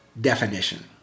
definition